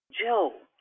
Joe